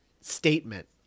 statement